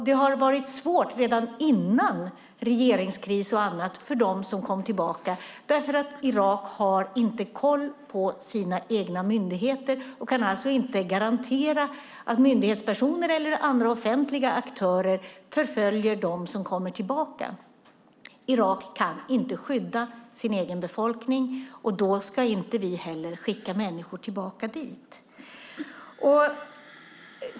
Det var redan före regeringskrisen svårt för dem som kom tillbaka eftersom Irak inte har koll på sina egna myndigheter och alltså inte kan garantera att myndighetspersoner eller andra offentliga aktörer inte förföljer dem som kommer tillbaka. Irak kan inte skydda sin egen befolkning. Då ska vi inte skicka människor tillbaka dit.